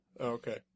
Okay